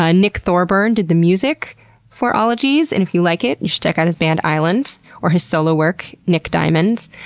ah nick thorburn did the music for ologies and if you like it, you should check out his band, islands, or his solo work, nick diamond.